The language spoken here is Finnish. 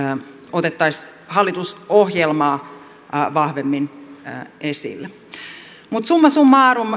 otettaisiin hallitusohjelmaa vahvemmin esille mutta summa summarum